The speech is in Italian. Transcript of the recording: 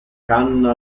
canna